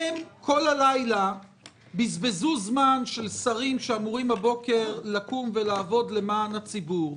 הם כל הלילה בזבזו זמן של שרים שאמורים הבוקר לקום ולעבוד למען הציבור,